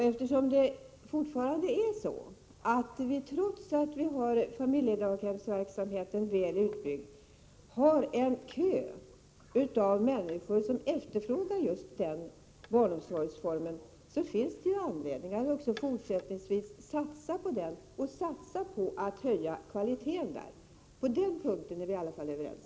Eftersom vi fortfarande — trots att familjedaghemsverksamheten är väl utbyggd — har en kö av människor som efterfrågar just den barnomsorgsformen, finns det anledning att också fortsättningsvis satsa på den och satsa på att höja kvaliteten där; på den punkten är vi i alla fall överens.